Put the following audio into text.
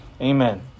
Amen